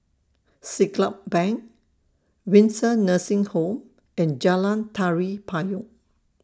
Siglap Bank Windsor Nursing Home and Jalan Tari Payong